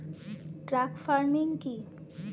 Truck farming কি?